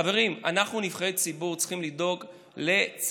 חברים, אנחנו נבחרי הציבור, צריכים לדאוג לצרכנים.